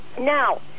now